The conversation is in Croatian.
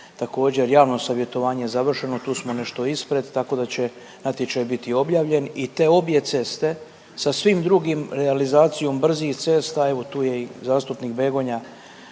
Također, javno savjetovanje je završeno, tu smo nešto ispred, tako da će natječaj biti objavljen i te obje ceste, sa svim drugih realizacijom brzih cesta, evo, tu je i zastupnik Begonja